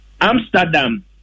Amsterdam